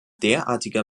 derartiger